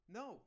no